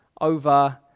over